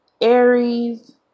Aries